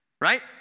right